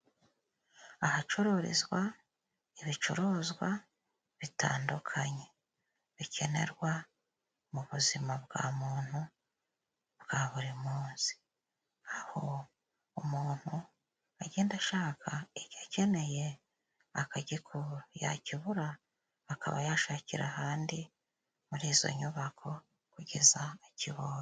Ahacururizwa ibicuruzwa bitandukanye bikenerwa mu buzima bwa muntu bwa buri munsi, aho umuntu agenda ashaka igikeneye akakigura, yakibura akaba yashakira ahandi muri izo nyubako kugeza akibonye.